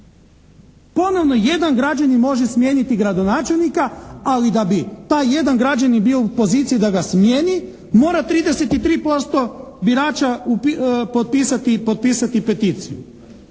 Ponovno jedan građanin može smijeniti gradonačelnika ali da bi taj jedan građanin bio u poziciji da ga smijeni mora 33% birača potpisati peticiju.